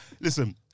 listen